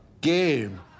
game